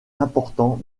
important